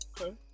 Okay